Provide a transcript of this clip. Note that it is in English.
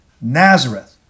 Nazareth